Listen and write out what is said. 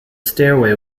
stairway